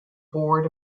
board